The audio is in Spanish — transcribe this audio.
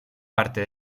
parte